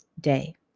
day